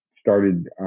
started